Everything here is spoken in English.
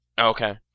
Okay